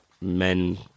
men